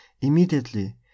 immediately